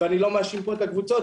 ואני לא מאשים פה את הקבוצות,